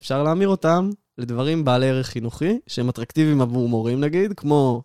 אפשר להמיר אותם לדברים בעלי ערך חינוכי שהם אטרקטיביים עבור מורים, נגיד, כמו...